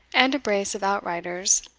and a brace of outriders,